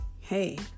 hey